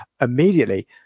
immediately